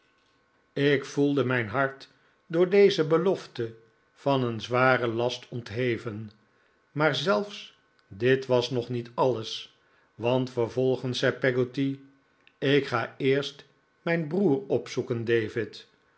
ik voelde mijn hart door deze belofte van een zwaren last ontheven maar zelfs dit was nog niet alles want vervolgens zei peggotty ik ga eerst mijn broer opzoeken david